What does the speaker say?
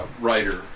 writer